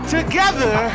Together